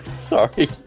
Sorry